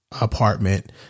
apartment